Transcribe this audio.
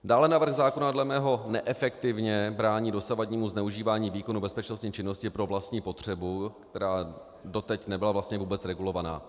Dále návrh zákona dle mého neefektivně brání dosavadnímu zneužívání výkonu bezpečnostní činnosti pro vlastní potřebu, která doteď vlastně nebyla vůbec regulovaná.